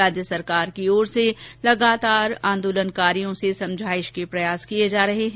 राज्य सरकार की ओर से लगातार आंदोलनकारियों से समझाइश के प्रयास किए जा रहे हैं